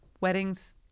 weddings